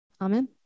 Amen